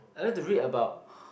I like to read about